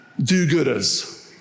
do-gooders